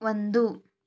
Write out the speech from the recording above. ಒಂದು